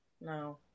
no